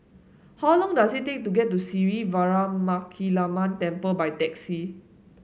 how long does it take to get to Sri Veeramakaliamman Temple by taxi